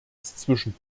zwischen